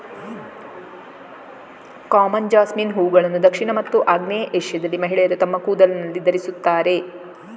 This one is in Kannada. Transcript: ಕಾಮನ್ ಜಾಸ್ಮಿನ್ ಹೂವುಗಳನ್ನು ದಕ್ಷಿಣ ಮತ್ತು ಆಗ್ನೇಯ ಏಷ್ಯಾದಲ್ಲಿ ಮಹಿಳೆಯರು ತಮ್ಮ ಕೂದಲಿನಲ್ಲಿ ಧರಿಸುತ್ತಾರೆ